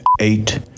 eight